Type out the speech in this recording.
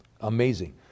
Amazing